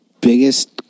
biggest